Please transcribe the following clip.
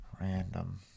random